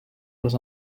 los